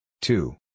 Two